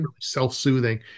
self-soothing